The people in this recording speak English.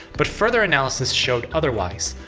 but further analysis showed otherwise.